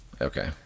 Okay